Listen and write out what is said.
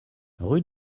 rue